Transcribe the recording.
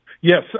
Yes